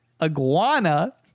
iguana